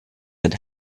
that